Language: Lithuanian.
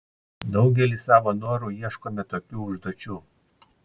daugelis savo noru ieškome tokių užduočių